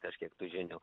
kažkiek tų žinių